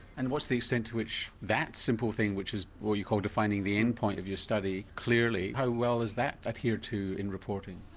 and what's the extent to which that simple thing which is what you call defining the end point of your study clearly, how well is that adhered to in reporting?